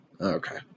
Okay